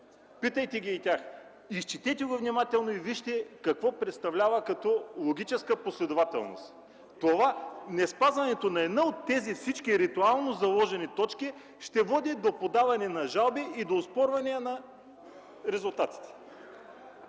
Питайте ги и тях. Изчетете го внимателно и вижте какво представлява като логическа последователност. Неспазването на една от тези ритуално заложени точки ще води до подаване на жалби и до оспорване на резултатите.